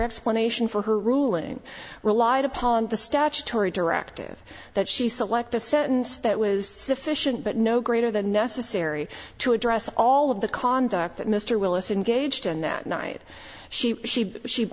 explanation for her ruling relied upon the statutory directive that she select a sentence that was sufficient but no greater than necessary to address all of the conduct that mr willis engaged in that night she she she